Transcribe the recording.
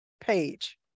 page